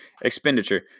Expenditure